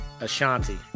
Ashanti